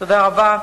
תודה רבה.